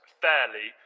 fairly